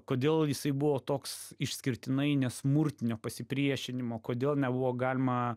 kodėl jisai buvo toks išskirtinai nesmurtinio pasipriešinimo kodėl nebuvo galima